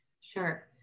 sure